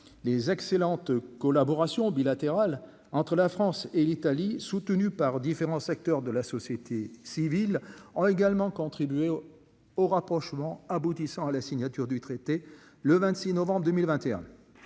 les excellentes collaborations bilatérales entre la France et l'Italie, soutenue par différents secteurs de la société civile ont également contribué au rapprochement. Aboutissant à la signature du traité le 26 novembre 2021